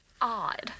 odd